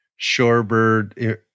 shorebird